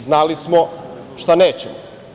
Znali smo šta nećemo.